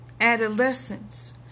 adolescence